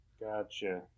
Gotcha